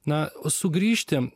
na o sugrįžti